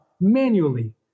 manually